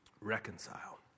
reconcile